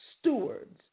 stewards